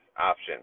option